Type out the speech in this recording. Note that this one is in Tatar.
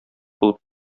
булып